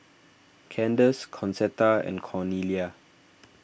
Kandace Concetta and Cornelia